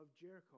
Jericho